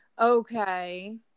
Okay